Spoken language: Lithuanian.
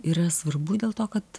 yra svarbu dėl to kad